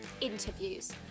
interviews